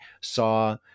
saw